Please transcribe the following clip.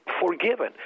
forgiven